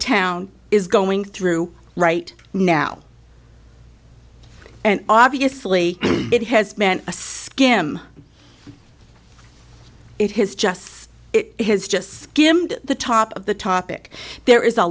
town is going through right now and obviously it has meant a says jim it has just it has just skimmed the top of the topic there is a